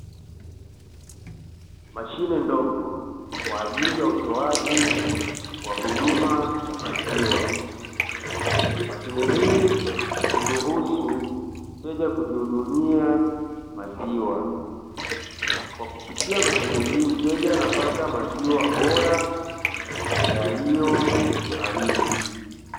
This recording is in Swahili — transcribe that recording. Mashine ndogo kwa ajili ya utoaji wa huduma ya maziwa mashine hii kumruhusu mteja kujihudumia maziwa, kwa kupitia mashine hii mteja anapata maziwa bora na yaliyo baridi.